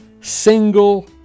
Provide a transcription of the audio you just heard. single